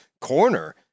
corner